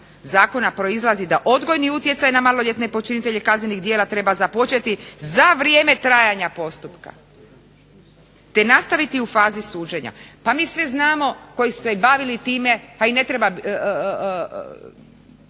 zakona proizlazi da odgojni utjecaj na maloljetne počinitelje kaznenih djela treba započeti za vrijeme trajanja postupka te nastaviti u fazi suđenja. Pa mi sve znamo koji su se bavili time pa i ne treba